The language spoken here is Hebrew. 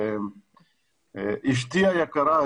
אשתי היקרה,